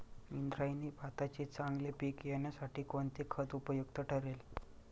इंद्रायणी भाताचे चांगले पीक येण्यासाठी कोणते खत उपयुक्त ठरेल?